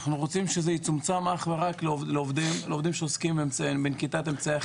אנחנו רוצים שזה יצומצם אך ורק לעובדים שעוסקים בנקיטת אמצעי אכיפה.